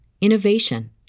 innovation